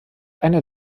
einer